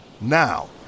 Now